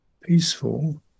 peaceful